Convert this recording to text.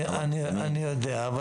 אני יודע.